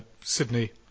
Sydney